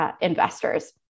investors